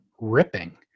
ripping